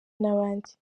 n’abandi